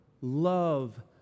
love